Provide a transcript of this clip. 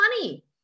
money